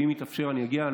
ואם יתאפשר אני אגיע,